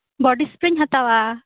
ᱵᱚᱰᱤ ᱥᱯᱨᱮᱧ ᱦᱟᱛᱟᱣᱟ